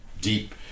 deep